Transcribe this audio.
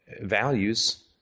values